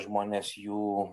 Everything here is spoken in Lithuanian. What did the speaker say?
žmonės jų